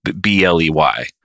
B-L-E-Y